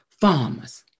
farmers